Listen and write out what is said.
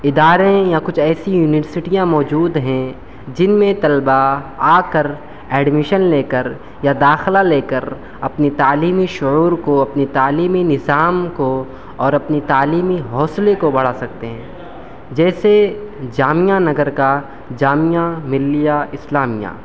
اداریں یا کچھ ایسی یونیورسٹیاں موجود ہیں جن میں طلبہ آ کر ایڈمیشن لے کر یا داخلہ لے کر اپنی تعلیمی شعور کو اپنی تعلیمی نظام کو اور اپنی تعلیمی حوصلے کو بڑھا سکتے ہیں جیسے جامعہ نگر کا جامعہ ملیہ اسلامیہ